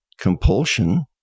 compulsion